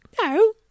No